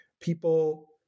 People